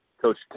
Coach